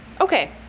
Okay